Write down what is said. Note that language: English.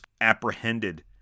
apprehended